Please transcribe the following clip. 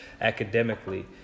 academically